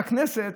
בכנסת,